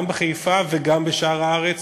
גם בחיפה וגם בשאר הארץ,